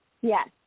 Yes